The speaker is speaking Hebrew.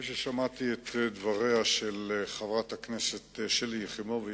אחרי ששמעתי את דבריה של חברת הכנסת שלי יחימוביץ,